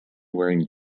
wearing